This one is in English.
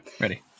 Ready